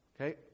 Okay